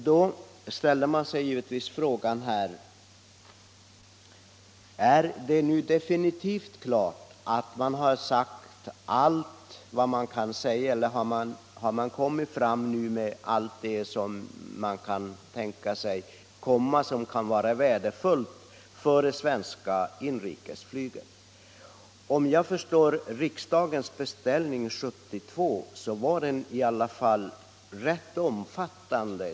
Då ställer man sig givetvis frågan: Är det nu definitivt klart att allt som kan sägas har sagts? Har allt kommit fram som kan vara värdefullt för det svenska inrikesflyget? Som jag uppfattat riksdagens beställning 1972, så var den i alla fall rätt omfattande.